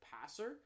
passer